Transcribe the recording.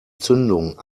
zündung